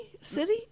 city